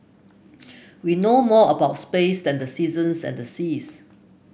we know more about space than the seasons and the seas